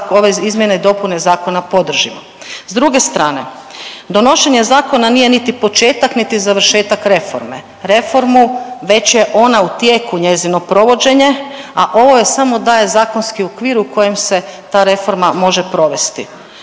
izmjene i dopune zakona podržimo. S druge strane donošenje zakona nije niti početak, niti završetak reforme. Reformu već je ona u tijeku njezino provođenje, a ovo joj samo daje zakonski okvir u kojem se ta reforma može provesti.